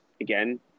again